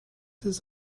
his